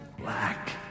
black